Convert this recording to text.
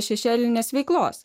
šešėlinės veiklos